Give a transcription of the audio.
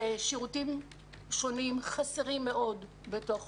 ששירותים שונים חסרים מאוד בתוך